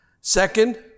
Second